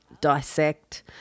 dissect